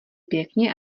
pěkně